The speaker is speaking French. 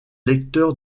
lecteur